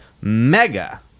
mega